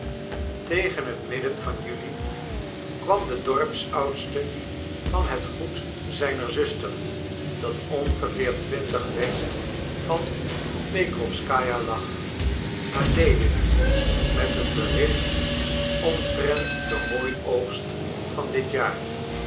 tegen het midden van juli kwam de dorpsoudste van het goed zijner zuster dat ongeveer twintig werst van pekrowskaja lag naar lewin met een bericht omtrent den hooioogst van dit jaar